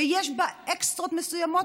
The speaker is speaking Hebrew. ויש בה אקסטרות מסוימות,